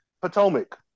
Potomac